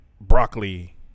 broccoli